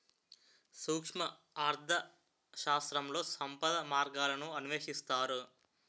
సూక్ష్మ అర్థశాస్త్రంలో సంపద మార్గాలను అన్వేషిస్తారు